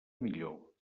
millor